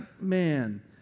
Man